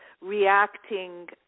reacting